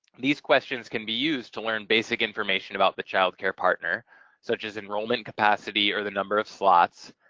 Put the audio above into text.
these questions can be used to learn basic information about the child care partner such as enrollment capacity or the number of slots,